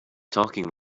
talking